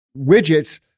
widgets